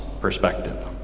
perspective